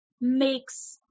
makes